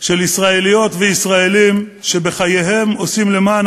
של ישראליות וישראלים שבחייהם עושים למען